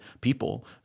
people